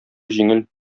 җиңел